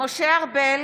משה ארבל,